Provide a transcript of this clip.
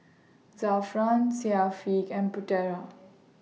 Zafran Syafiq and Putera